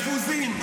למבוזים,